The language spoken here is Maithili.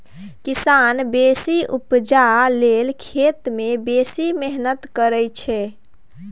किसान बेसी उपजा लेल खेत मे बेसी मेहनति करय छै